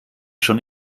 schon